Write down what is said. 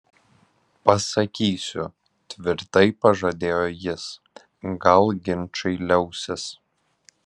pasakysiu tvirtai pažadėjo jis gal ginčai liausis